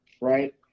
right